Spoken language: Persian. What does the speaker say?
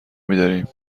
میداریم